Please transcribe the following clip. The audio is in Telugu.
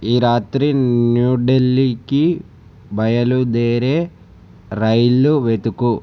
ఈ రాత్రి న్యూ ఢిల్లీకి బయలుదేరే రైళ్లు వెతుకు